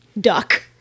duck